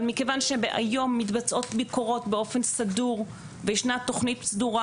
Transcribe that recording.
אבל מכיוון היום מתבצעות ביקורות באופן סדור וישנה תכנית סדורה,